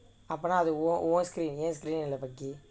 அப்புறம் நா அது உன் உன்:appuram naa athu un un side